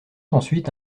ensuite